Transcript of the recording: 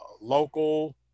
local